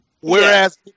Whereas